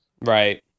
Right